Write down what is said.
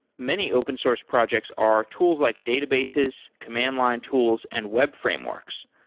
many open source projects are tools like databases, command-line tools and web frameworks.